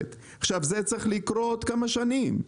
עכשיו זה צריך לקרות עוד כמה שנים.